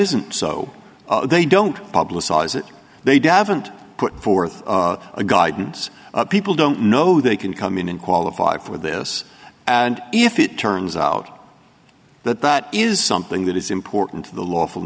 isn't so they don't publicize it they davened put forth a guidance people don't know they can come in and qualify for this and if it turns out that that is something that is important to the lawful